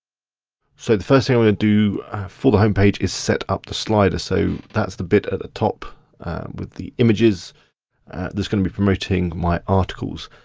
so the first thing i'm gonna do for the homepage is set up the slider, so that's the bit at the top with the images that's gonna be promoting my articles.